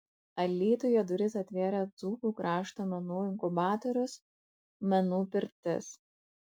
alytuje duris atvėrė dzūkų krašto menų inkubatorius menų pirtis